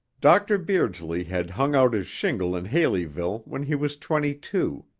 dr. beardsley had hung out his shingle in haleyville when he was twenty-two.